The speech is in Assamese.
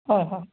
হয় হয়